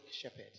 shepherd